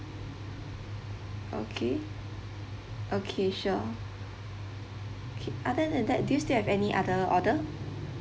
okay okay sure okay other than that do you still have any other order